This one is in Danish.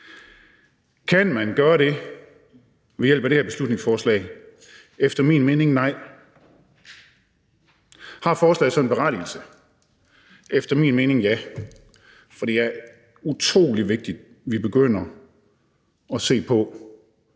Kan man gøre det ved hjælp af det her beslutningsforslag? Efter min mening nej. Har forslaget så en berettigelse? Efter min mening ja. For det er utrolig vigtigt, at vi begynder at se på,